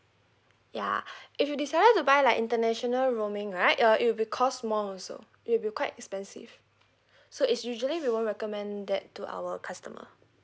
ya if you decided to buy like international roaming right uh it will be cost more also it will be quite expensive so is usually we won't recommend that to our customer